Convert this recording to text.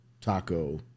taco